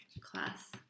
class